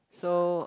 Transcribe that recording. so